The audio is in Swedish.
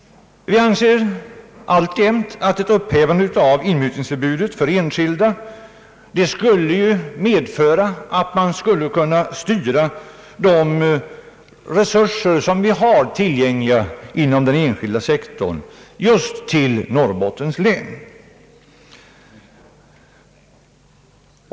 Vi anser alltjämt att ett upphävande av inmutningsförbudet för enskilda skulle medföra att de resurser som finns tillgängliga inom den privata sektorn kunde styras till Norrbottens län.